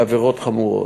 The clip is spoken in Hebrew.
בעבירות חמורות.